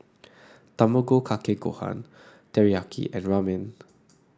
Tamago Kake Gohan Teriyaki and Ramen